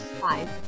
five